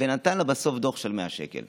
ונתן לה בסוף דוח של 100 שקל.